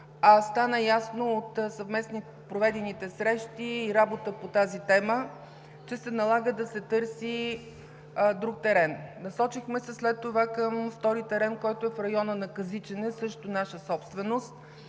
инфраструктура, от проведените срещи и работа по тази тема стана ясно, че се налага да се търси друг терен. Насочихме се след това към втори терен, който е в района на Казичене, също наша собственост,